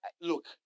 Look